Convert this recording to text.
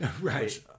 Right